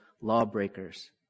lawbreakers